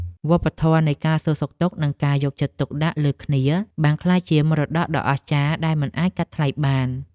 វប្បធម៌នៃការសួរសុខទុក្ខ និងការយកចិត្តទុកដាក់លើគ្នា បានក្លាយជាមរតកដ៏អស្ចារ្យដែលមិនអាចកាត់ថ្លៃបាន។